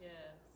Yes